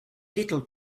little